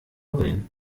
wellen